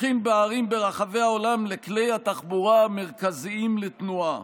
הופכים בערים ברחבי העולם לכלי התחבורה המרכזיים לתנועה.